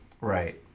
right